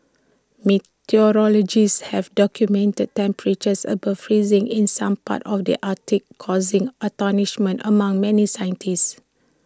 meteorologists have documented temperatures above freezing in some parts of the Arctic causing astonishment among many scientists